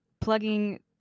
plugging